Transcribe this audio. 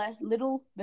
little